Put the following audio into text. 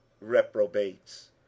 reprobates